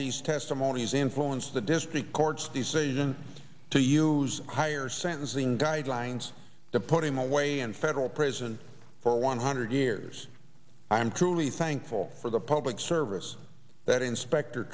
these testimonies influenced the district court's decision to use higher sentencing guidelines the putting away in federal prison for one hundred years i am truly thankful for the public service that inspector